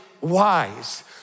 wise